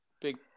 Big